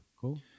Cool